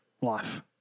life